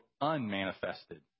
Unmanifested